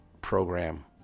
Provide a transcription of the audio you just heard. program